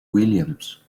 williams